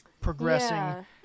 progressing